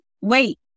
Wait